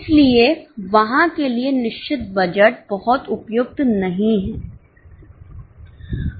इसलिए वहां के लिए निश्चित बजट बहुत उपयुक्त नहीं है